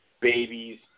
babies